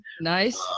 Nice